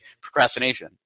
procrastination